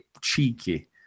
cheeky